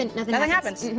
and nothing happens.